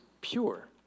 pure